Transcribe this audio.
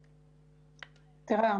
תראה,